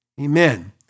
Amen